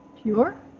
Pure